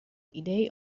idee